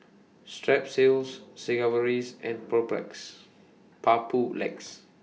Strepsils Sigvaris and Papulex